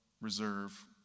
reserve